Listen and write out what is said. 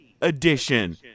edition